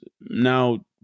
now